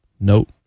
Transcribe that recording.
nope